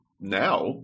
Now